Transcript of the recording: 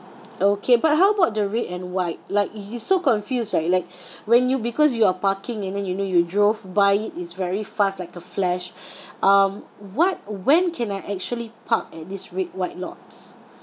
okay but how about the red and white like you so confused right like when you because you are parking and then you know you drove by it's very fast like a flash um what when can I actually park in this red white lots